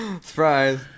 Surprise